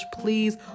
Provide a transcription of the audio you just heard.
please